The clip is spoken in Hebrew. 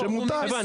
שמותר?